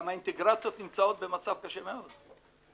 גם האינטגרציות נמצאות במצב קשה מאוד.